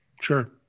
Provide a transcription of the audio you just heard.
Sure